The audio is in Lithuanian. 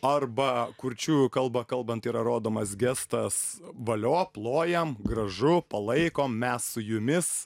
arba kurčiųjų kalba kalbant yra rodomas gestas valio plojam gražu palaikom mes su jumis